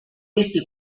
eesti